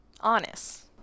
Honest